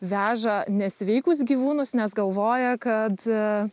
veža ne sveikus gyvūnus nes galvoja kad